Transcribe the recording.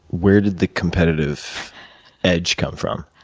where did the competitive edge come from?